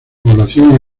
población